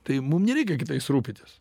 tai mum nereikia kitais rūpitis